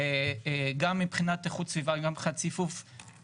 וגם מבחינת איכות סביבה, גם מבחינת ציפוף.